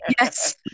Yes